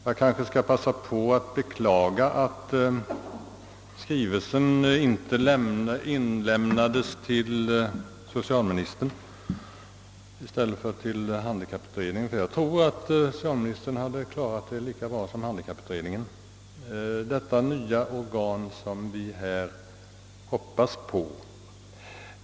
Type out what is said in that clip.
Jag kanske också får begagna tillfället att beklaga att ifrågavarande skrivelse inte överlämnades till socialministern i stället för till handikapputredningen, ty jag tror att socialministern lika bra som utredningen hade kunnat lösa frågan om det nya organ som vi hoppas skall inrättas.